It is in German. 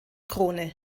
krone